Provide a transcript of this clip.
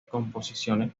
composiciones